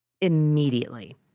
Immediately